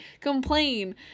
complain